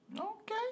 Okay